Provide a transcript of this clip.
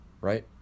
right